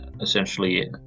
essentially